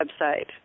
website